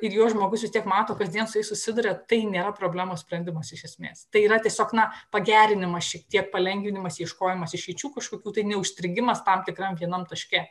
ir juos žmogus vis tiek mato kasdien su jais susiduria tai nėra problemos sprendimas iš esmės tai yra tiesiog na pagerinimas šiek tiek palengvinimas ieškojimas išeičių kažkokių tai ne užstrigimas tam tikram vienam taške